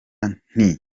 nti